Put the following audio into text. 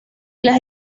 las